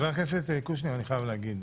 חבר הכנסת קושניר, אני חייב להגיב: